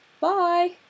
Bye